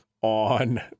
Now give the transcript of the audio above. On